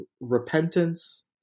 repentance